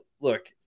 look